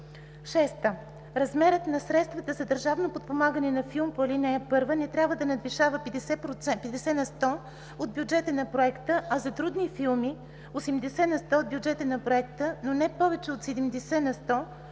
„(6) Размерът на средствата за държавно подпомагане на филм по ал. 1 не трябва да надвишава 50 на сто от бюджета на проекта, а за трудни филми – 80 на сто от бюджета на проекта, но не повече от 70 на сто